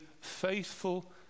faithful